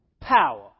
Power